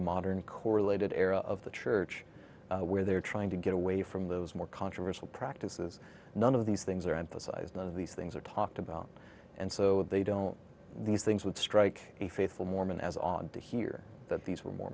modern correlated area of the church where they are trying to get away from those more controversial practices none of these things are emphasized none of these things are talked about and so they don't these things would strike a faithful mormon as on to hear that these were mor